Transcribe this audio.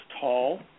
tall